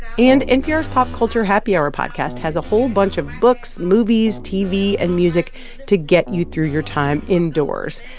and npr's pop culture happy hour podcast has a whole bunch of books, movies, tv and music to get you through your time indoors.